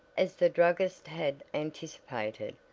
as the druggist had anticipated,